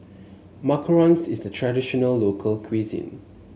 Macarons is a traditional local cuisine